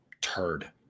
turd